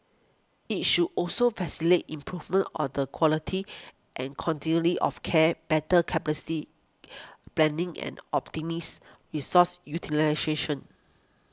it should also facilitate improvement of the quality and continually of care better capacity planning and optimise resource utilisation